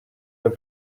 pas